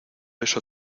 eso